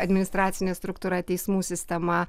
administracinė struktūra teismų sistema